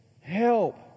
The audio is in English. help